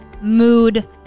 mood